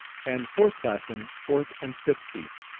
and fourth-classmen fourth and fifth seats,